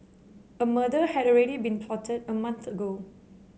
a murder had already been plotted a month ago